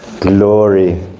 Glory